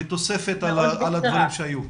בתוספת על הדברים שהיו.